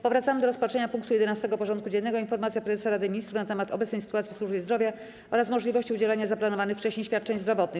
Powracamy do rozpatrzenia punktu 11. porządku dziennego: Informacja Prezesa Rady Ministrów na temat obecnej sytuacji w służbie zdrowia oraz możliwości udzielania zaplanowanych wcześniej świadczeń zdrowotnych.